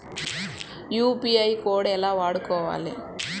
UPI code ఎలా వాడుకోవాలి?